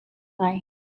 lai